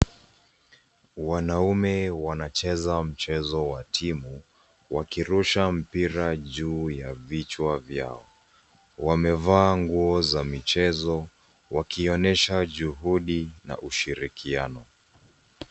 Wanaume wanacheza mchezo wa timu wakirusha mpira juu ya vichwa vyao. Wamevaa nguo za michezo wakionyesha juhudi na ushirikiano.